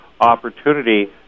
opportunity